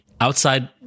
outside